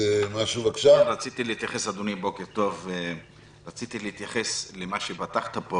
רציתי להתייחס, אדוני, למה שפתחת פה